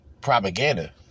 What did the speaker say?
propaganda